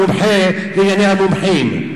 המומחה לענייני המומחים?